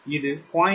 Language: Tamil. இது 0